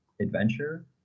adventure